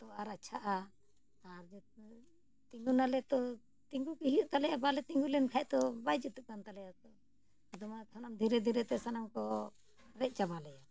ᱛᱚ ᱟᱨ ᱟᱪᱪᱷᱟᱜᱼᱟ ᱟᱨ ᱛᱤᱸᱜᱩᱱᱟᱞᱮ ᱛᱚ ᱛᱤᱸᱜᱩᱜᱮ ᱦᱩᱭᱩᱜ ᱛᱟᱞᱮᱭᱟ ᱵᱟᱞᱮ ᱛᱤᱸᱜᱩ ᱞᱮᱱᱠᱷᱟᱱ ᱛᱚ ᱵᱟᱭ ᱡᱩᱛᱩᱜ ᱠᱟᱱ ᱛᱟᱞᱮᱭᱟ ᱛᱚ ᱫᱚᱢᱮ ᱠᱷᱟᱱ ᱫᱷᱤᱨᱮ ᱫᱷᱤᱨᱮᱛᱮ ᱥᱟᱱᱟᱢ ᱠᱚ ᱨᱮᱡ ᱪᱟᱵᱟ ᱞᱮᱭᱟ